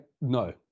No